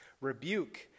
rebuke